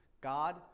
God